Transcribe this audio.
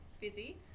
busy